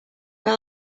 but